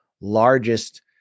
largest